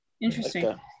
Interesting